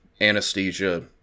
anesthesia